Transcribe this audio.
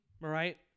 right